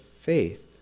faith